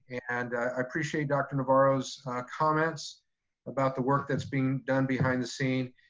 and i appreciate dr. navarro's comments about the work that's being done behind the scene.